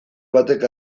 batek